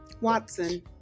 Watson